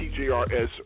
TJRS